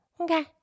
Okay